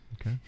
Okay